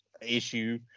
issue